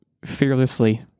fearlessly